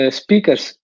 speakers